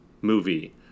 movie